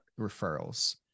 referrals